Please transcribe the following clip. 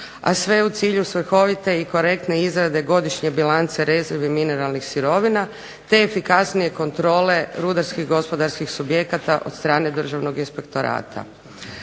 a sve u cilju svrhovite i korektne izrade godišnje bilance rezerve mineralnih sirovina, te efikasnije kontrole rudarskih gospodarskih subjekata od strane državnog inspektorata.